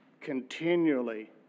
continually